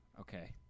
Okay